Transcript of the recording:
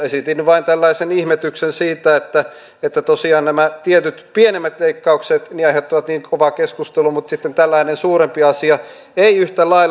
esitin vain tällaisen ihmetyksen siitä että tosiaan nämä tietyt pienemmät leikkaukset aiheuttavat niin kovaa keskustelua mutta sitten tällainen suurempi asia ei yhtä lailla